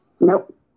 Nope